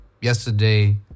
yesterday